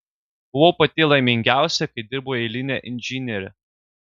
buvau pati laimingiausia kai dirbau eiline inžiniere